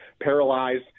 paralyzed